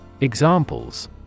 Examples